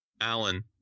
Alan